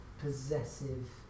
possessive